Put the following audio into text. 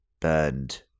burned